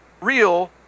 real